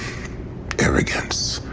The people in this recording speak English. arrogance,